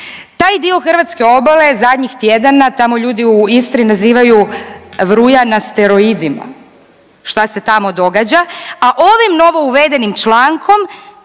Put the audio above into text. Taj dio hrvatske obale zadnjih tjedana, tamo ljudi u Istri nazivaju vruja na steroidima šta se tamo događa, a ovim novo uvedenim člankom